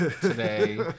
today